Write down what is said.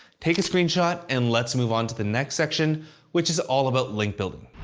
take a screenshot and let's move on to the next section which is all about link building.